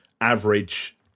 average